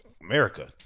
America